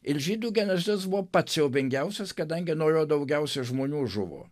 ir žydų genocidas buvo pats siaubingiausias kadangi nuo jo daugiausiai žmonių žuvo